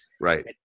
Right